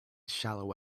shallow